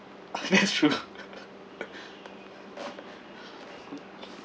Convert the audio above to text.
that's true